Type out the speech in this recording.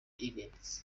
event